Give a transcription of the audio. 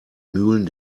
mühlen